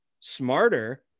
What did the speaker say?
smarter